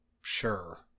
Sure